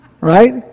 Right